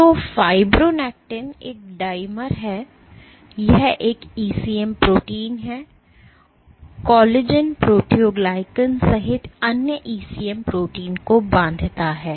तो फाइब्रोनेक्टिन एक डाईमर है यह एक ECM प्रोटीन है यह कोलेजन प्रोटीओग्लिसन सहित अन्य ECM प्रोटीन को बांधता है